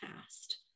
past